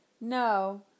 no